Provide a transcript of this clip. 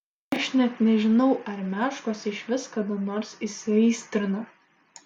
aš net nežinau ar meškos išvis kada nors įsiaistrina